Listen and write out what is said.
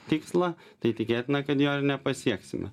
tikslą tai tikėtina kad jo ir nepasieksime